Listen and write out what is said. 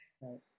right